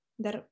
Dar